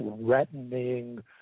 threatening